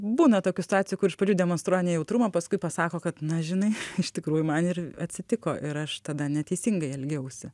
būna tokių situacijų kur iš pradžių demonstruoja nejautrumą paskui pasako kad na žinai iš tikrųjų man ir atsitiko ir aš tada neteisingai elgiausi